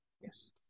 yes